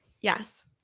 Yes